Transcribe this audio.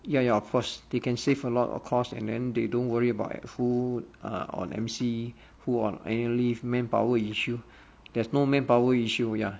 ya ya of course they can save a lot of cost and then they don't worry about who err on M_C who on annual leave manpower issue there's no manpower issue ya